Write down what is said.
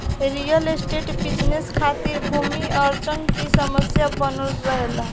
real estate business खातिर भूमि अर्जन की समस्या बनल रहेला